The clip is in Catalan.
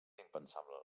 impensable